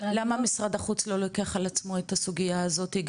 למה משרד החוץ לא לוקח על עצמו את הסוגייה הזאתי,